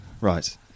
Right